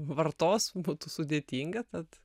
vartos būtų sudėtinga tad